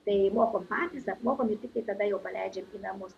tai mokom patys apmokom ir tiktai tada jau paleidžiam į namus